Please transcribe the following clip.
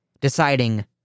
deciding